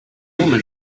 woman